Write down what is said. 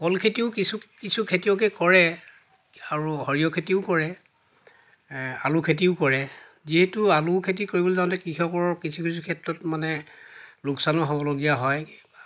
কল খেতিও কিছু কিছু খেতিয়কে কৰে আৰু সৰিয়হ খেতিও কৰে আলু খেতিও কৰে যিহেতু আলু খেতি কৰিবলৈ যাওঁতে কৃষকৰ কিছু কিছু ক্ষেত্ৰত মানে লোকচানো হ'বলগীয়া হয়